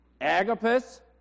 Agapus